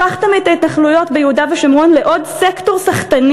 הפכתם את ההתנחלויות ביהודה ושומרון לעוד סקטור סחטני